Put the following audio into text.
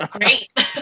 Great